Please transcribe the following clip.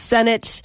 Senate